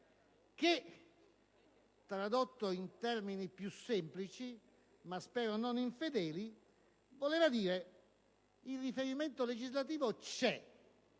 che, tradotto in termini più semplici, ma spero non infedeli, voleva dire che il riferimento legislativo c'è